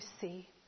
see